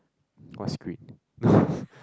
what's great